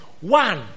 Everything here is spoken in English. One